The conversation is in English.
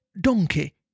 donkey